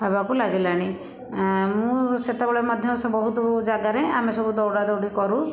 ହେବାକୁ ଲାଗିଲାଣି ମୁଁ ସେତେବେଳେ ମଧ୍ୟ ବହୁତ ଜାଗାରେ ଆମେ ସବୁ ଦୌଡ଼ା ଦୌଡ଼ି କରୁ